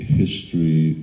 history